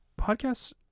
podcasts